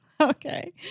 Okay